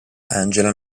angela